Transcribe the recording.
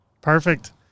Perfect